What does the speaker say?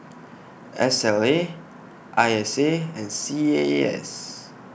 S L A I S A and C A A S